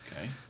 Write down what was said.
Okay